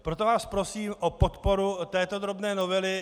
Proto vás prosím o podporu této drobné novely.